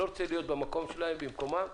אני לא רוצה להיות במקום שלהם, במקומם.